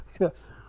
yes